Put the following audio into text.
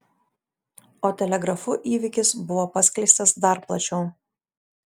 o telegrafu įvykis buvo paskleistas dar plačiau